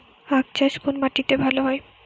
আখ চাষ কোন মাটিতে ভালো হয়?